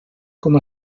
com